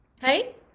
Hey